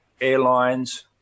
airlines